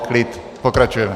Klid, pokračujeme.